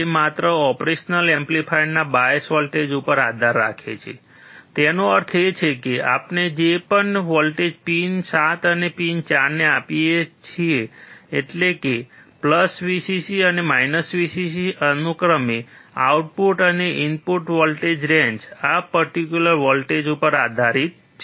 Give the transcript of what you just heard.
તે માત્ર ઓપરેશનલ એમ્પ્લીફાયરના બાયસ વોલ્ટેજ ઉપર આધાર રાખે છે તેનો અર્થ એ છે કે આપણે જે પણ વોલ્ટેજ પીન 7 અને પિન 4 ને આપીએ છીએ એટલે કે Vcc અને Vcc અનુક્રમે આઉટપુટ અને ઇનપુટ વોલ્ટેજ રેન્જ આ પર્ટીક્યુલર વોલ્ટેજ ઉપર આધારિત છે